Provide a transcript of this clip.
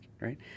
right